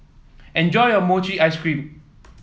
enjoy your Mochi Ice Cream